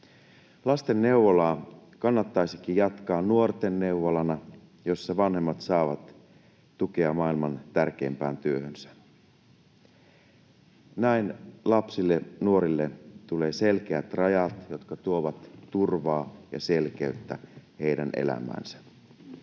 Lastenneuvolaa kannattaisikin jatkaa nuortenneuvolana, jossa vanhemmat saavat tukea maailman tärkeimpään työhönsä. Näin lapsille ja nuorille tulee selkeät rajat, jotka tuovat turvaa ja selkeyttä heidän elämäänsä.